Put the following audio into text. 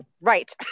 right